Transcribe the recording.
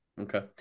Okay